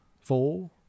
four